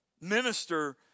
minister